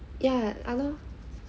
ya I won't